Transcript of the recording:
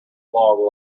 long